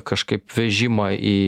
kažkaip vežimą į